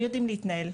הם יודעים להתנהל,